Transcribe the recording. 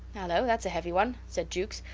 hallo! thats a heavy one, said jukes,